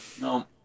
No